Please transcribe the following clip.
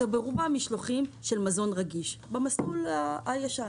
אלה היו ברובם משלוחים של מזון רגיש במסלול הישן.